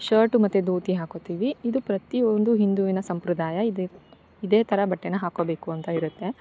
shirt ಮತ್ತು ಧೋತಿ ಹಾಕ್ಕೋತೀವಿ ಇದು ಪ್ರತಿಯೊಂದು ಹಿಂದುವಿನ ಸಂಪ್ರದಾಯ ಇದು ಇದೆ ಥರ ಬಟ್ಟೆನ ಹಾಕ್ಕೊಬೇಕು ಅಂತ ಇರುತ್ತೆ